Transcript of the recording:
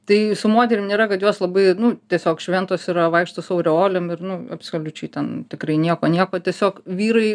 tai su moterim nėra kad jos labai nu tiesiog šventos yra vaikšto su aureolėm ir nu absoliučiai ten tikrai nieko nieko tiesiog vyrai